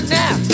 now